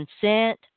consent